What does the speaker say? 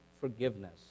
forgiveness